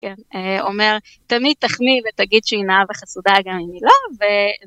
אומר תמיד תחמיא ותגיד שהיא נאה וחסודה, גם אם היא לא.